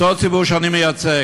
אותו ציבור שאני מייצג.